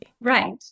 Right